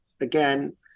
Again